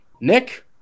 Nick